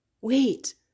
wait